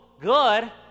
good